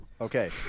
Okay